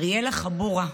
אריאלה חבורה,